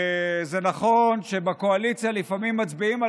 זה נכון שבקואליציה לפעמים מצביעים על